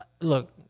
Look